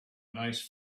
nice